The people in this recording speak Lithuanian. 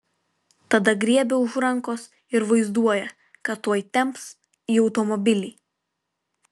tada griebia už rankos ir vaizduoja kad tuoj temps į automobilį